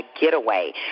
getaway